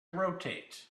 rotate